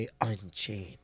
Unchained